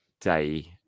day